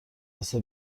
واسه